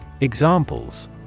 Examples